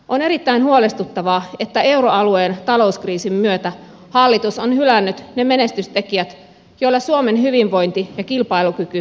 on erittäin huolestuttavaa että euroalueen talouskriisin myötä hallitus on hylännyt ne menestystekijät joilla suomen hyvinvointi ja kilpailukyky on saavutettu